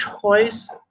choice